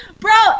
bro